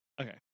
Okay